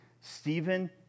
Stephen